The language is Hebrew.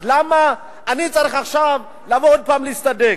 אז למה אני צריך עכשיו לבוא עוד פעם להצטדק?